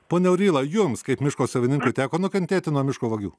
pone aurylą jums kaip miško savininkui teko nukentėti nuo miško vagių